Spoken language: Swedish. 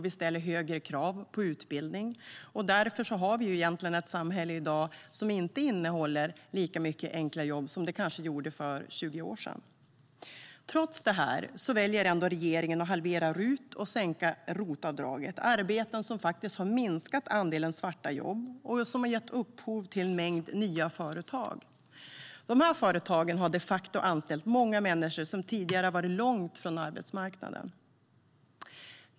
Vi ställer också högre krav på utbildning. Därför har vi ett samhälle som inte innehåller lika många enkla jobb i dag som det kanske gjorde för 20 år sedan. Trots det väljer regeringen att halvera RUT-avdraget och sänka ROT-avdraget. Det är avdrag som har minskat andelen svarta jobb och som har gett upphov till en mängd nya företag. De företagen har de facto anställt många som tidigare varit långt från arbetsmarknaden.